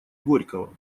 горького